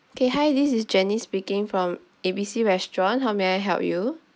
okay hi this is janice speaking from A B C restaurant how may I help you